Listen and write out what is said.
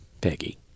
Peggy